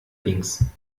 links